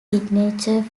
signature